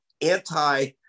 anti